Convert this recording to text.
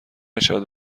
شود